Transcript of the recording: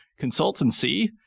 consultancy